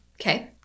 okay